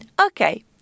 okay